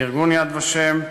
וארגון "יד ושם",